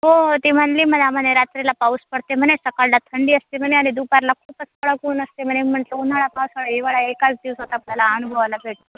हो ती म्हटली मला म्हणे रात्रीला पाऊस पडते म्हणे सकाळला थंडी असते म्हणे आणि दुपारला खूपच कडक ऊन असते म्हणे म्हटलं उन्हाळा पावसाळा हिवाळा एकाच दिवसात आपल्याला अनुभवायला भेटतो आहे